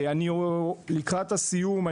לקראת סיום,